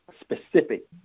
specific